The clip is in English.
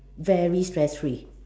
very stress free